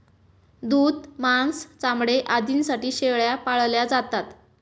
दूध, मांस, चामडे आदींसाठी शेळ्या पाळल्या जातात